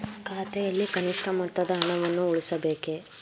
ಖಾತೆಯಲ್ಲಿ ಕನಿಷ್ಠ ಮೊತ್ತದ ಹಣವನ್ನು ಉಳಿಸಬೇಕೇ?